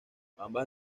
ambas